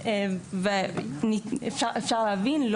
ואפשר להבין,